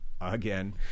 again